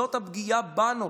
זאת הפגיעה בנו.